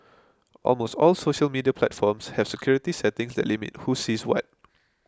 almost all social media platforms have security settings that limit who sees what